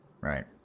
Right